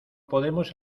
podemos